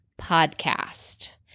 podcast